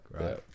right